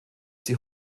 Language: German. sie